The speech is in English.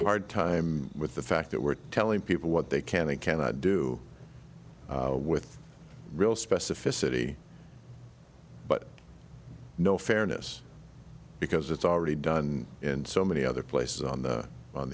hard time with the fact that we're telling people what they can and cannot do with real specificity but no fairness because it's already done in so many other places on the on